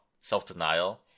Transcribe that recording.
self-denial